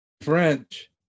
French